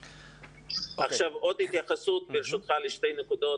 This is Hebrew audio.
ברשותך, התייחסות לעוד שתי נקודות.